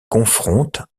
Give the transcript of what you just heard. confronte